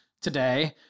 Today